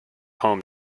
home